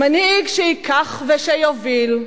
מנהיג שייקח ושיוביל,